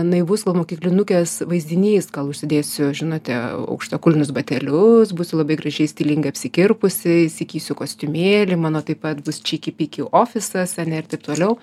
naivus gal mokyklinukės vaizdinys gal užsidėsiu žinote aukštakulnius batelius būsiu labai gražiai stilingai apsikirpusi įsigysiu kostiumėlį mano taip pat bus čiki piki ofisas ar ne ir taip toliau